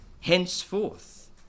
Henceforth